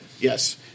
Yes